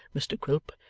mr quilp,